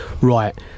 right